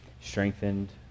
strengthened